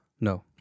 No